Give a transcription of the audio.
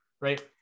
right